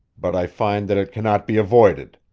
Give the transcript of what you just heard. but i find that it cannot be avoided.